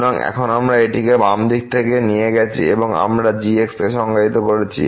সুতরাং এখন আমরা এটিকে এখানে বাম দিকে নিয়ে গেছি এবং আমরা এই g সংজ্ঞায়িত করেছি